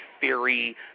theory